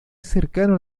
cercano